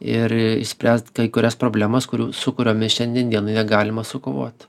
ir išspręst kai kurias problemas kurių su kuriomis šiandien dienoje galima sukovot